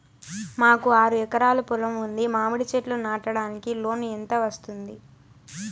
మాకు ఆరు ఎకరాలు పొలం ఉంది, మామిడి చెట్లు నాటడానికి లోను ఎంత వస్తుంది?